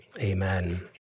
Amen